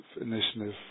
initiative